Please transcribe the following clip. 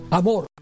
amor